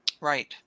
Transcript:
Right